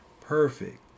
perfect